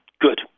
Good